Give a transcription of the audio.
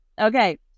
okay